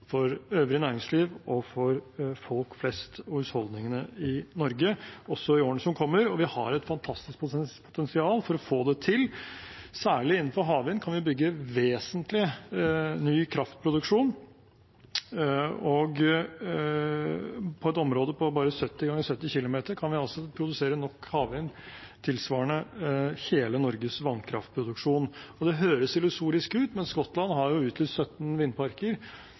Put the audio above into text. for øvrig næringsliv og for folk flest og husholdningene i Norge også i årene som kommer, og vi har et fantastisk potensial for å få det til. Særlig innenfor havvind kan vi bygge vesentlig ny kraftproduksjon, og på et område på bare 70 ganger 70 kilometer kan vi produsere nok havvind, tilsvarende hele Norges vannkraftproduksjon. Det høres illusorisk ut, men Skottland har utlyst 17 vindparker, med en installert effekt på 25 GW til